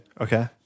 okay